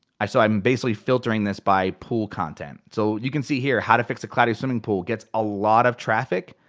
so i'm basically filtering this by pool content. so you can see here, how to fix a cloudy swimming pool gets a lot of traffic,